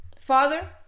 Father